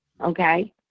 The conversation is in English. okay